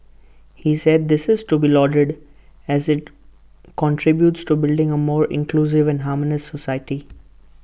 he said this is to be lauded as IT contributes to building A more inclusive and harmonious society